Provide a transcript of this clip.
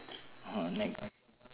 oh nag